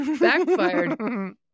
backfired